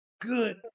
good